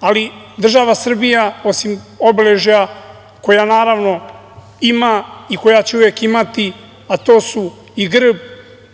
ali država Srbija osim obeležja koja naravno ima i koja će uvek imati, a to su i grb,